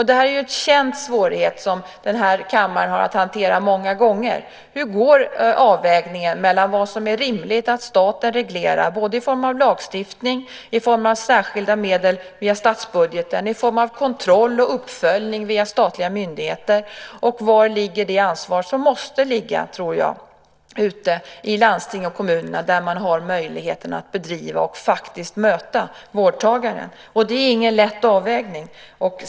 Det är en känd svårighet som den här kammaren har att hantera många gånger. Hur går avvägningen mellan vad som är rimligt att staten reglerar, i form av lagstiftning, särskilda medel via statsbudgeten, i form av kontroll och uppföljning via statliga myndigheter, och det ansvar, som måste ligga, tror jag, ute i landstingen och kommunerna där man har möjligheten att bedriva och möta vårdtagaren? Det är ingen lätt avvägning.